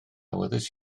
awyddus